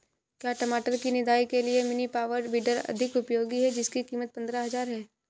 क्या टमाटर की निदाई के लिए मिनी पावर वीडर अधिक उपयोगी है जिसकी कीमत पंद्रह हजार है?